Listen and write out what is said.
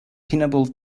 pinnable